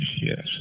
yes